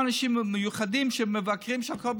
אבל זה לא נכון, ממש לא נכון.